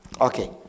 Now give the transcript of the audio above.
Okay